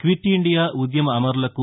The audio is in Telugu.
క్విట్ ఇండియా ఉద్యమ అమరులకు